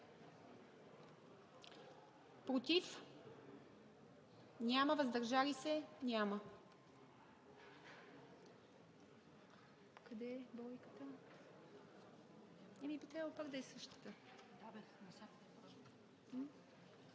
Против? Няма. Въздържали се? Няма.